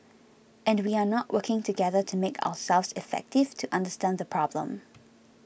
and we are not working together to make ourselves effective to understand the problem